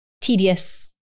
tedious